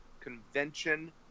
convention